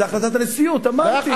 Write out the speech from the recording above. זו החלטת הנשיאות, אמרתי.